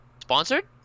Sponsored